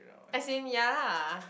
as in ya